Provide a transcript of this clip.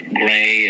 gray